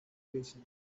invasion